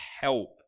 help